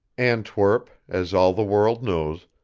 antwerp, as all the world knows,